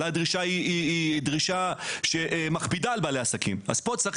ואולי הדרישה שמכבידה על בעלי העסקים אז צריך